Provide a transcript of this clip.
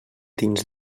dins